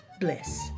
bliss